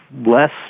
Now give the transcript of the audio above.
less